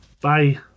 Bye